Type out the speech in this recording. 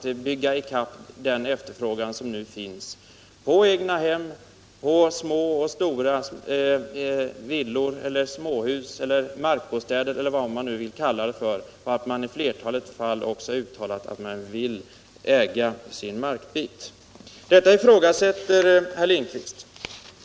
Vi måste bygga i kapp efterfrågan på egnahem, på små och stora villor, småhus, markbostäder eller vad man nu vill kalla dem; människor har i flertalet fall uttalat att de vill äga sin markbit. Detta ifrågasätter herr Lindkvist.